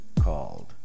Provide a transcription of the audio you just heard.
called